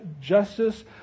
justice